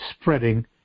spreading